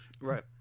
Right